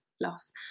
loss